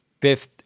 fifth